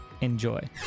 Enjoy